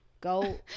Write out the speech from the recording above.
go